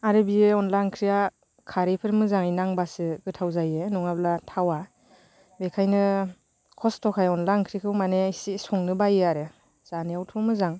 आरो बेयो अनला ओंख्रिया खारैफोर मोजाङै नांबासो गोथाव जायो नङाब्ला थावा बेखायनो खस्थ'खाय अनला ओंख्रिखौ माने इसे संनो बायो आरो जानायावथ' मोजां